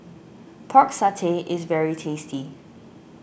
Pork Satay is very tasty